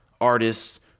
artists